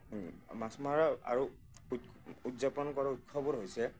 মাছ মাৰা আৰু উদযাপন কৰোঁ উৎসৱবোৰ হৈছে